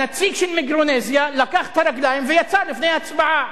הנציג של מיקרונזיה לקח את הרגליים ויצא לפני ההצבעה,